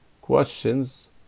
questions